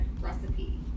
recipe